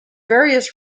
various